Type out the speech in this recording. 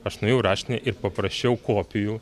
aš nuėjau į raštinę ir paprašiau kopijų